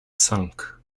sunk